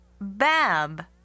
BAB